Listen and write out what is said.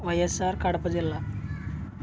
వైఎస్ఆర్ కడప జిల్లా